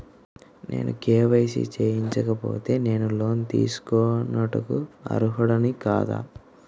నేను కే.వై.సి చేయించుకోకపోతే నేను లోన్ తీసుకొనుటకు అర్హుడని కాదా?